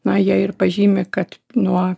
na jie ir pažymi kad nuo